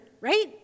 right